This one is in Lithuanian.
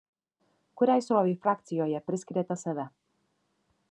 kuriai srovei frakcijoje priskiriate save